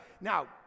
Now